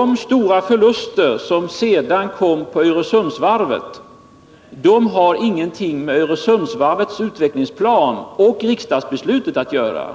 De stora förluster som sedan drabbade Öresundsvarvet har inte någonting med Öresundsvarvets utvecklingsplaner och riksdagsbeslutet att göra.